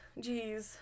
jeez